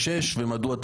שבא לך.